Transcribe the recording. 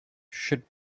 should